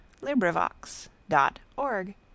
LibriVox.org